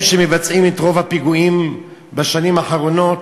שמבצעות את רוב הפיגועים בשנים האחרונות,